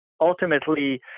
ultimately